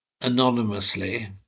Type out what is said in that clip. anonymously